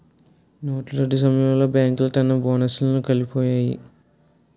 నోట్ల రద్దు సమయంలో బేంకులు తన బోనస్లను కోలుపొయ్యాయి